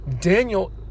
Daniel